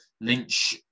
Lynch